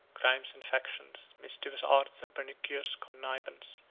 crimes and factions, mischievous arts and pernicious connivance,